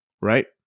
right